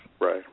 Right